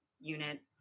unit